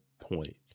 point